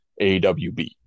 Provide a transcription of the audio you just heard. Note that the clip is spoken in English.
AWB